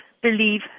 believe